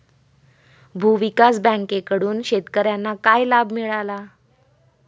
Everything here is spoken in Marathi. भूविकास बँकेकडून शेतकर्यांना काय लाभ मिळाला?